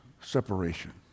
separation